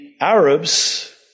Arabs